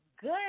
good